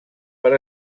per